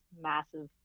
massive